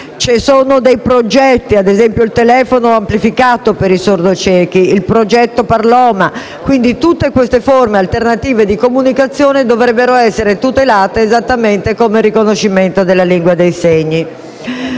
vi sono progetti come il telefono amplificato per i sordociechi o il progetto Parloma. Tutte queste forme alternative di comunicazione dovrebbero essere tutelate esattamente come il riconoscimento della lingua dei segni.